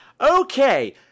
Okay